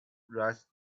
writes